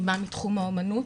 אני באה מתחום האומנות,